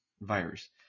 virus